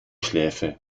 schläfe